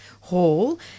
Hall